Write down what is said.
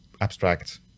abstract